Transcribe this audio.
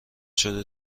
شده